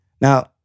Now